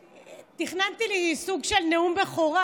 תכננתי לי סוג של נאום בכורה,